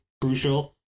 crucial